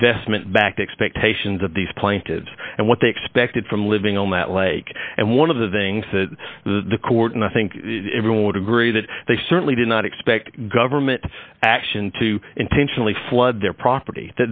investment back expectations of these plaintive and what they expected from living on that lake and one of the things that the court and i think everyone would agree that they certainly did not expect government action to intentionally flood their property